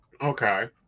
Okay